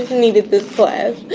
needed this class.